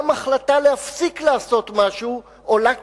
גם ההחלטה להפסיק לעשות משהו עולה כסף.